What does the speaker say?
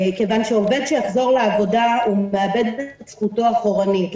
כיוון שעובד שיחזור לעבודה מאבד את זכותו אחורנית.